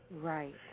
Right